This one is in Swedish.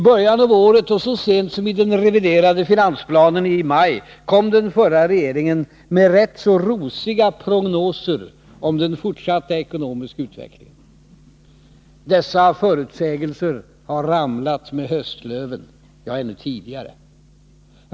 I början av året och så sent som i den reviderade finansplanen i maj kom den förra regeringen med rätt så rosiga prognoser om den fortsatta ekonomiska utvecklingen. Dessa förutsägelser har ramlat med höstlöven, ja, ännu tidigare.